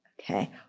Okay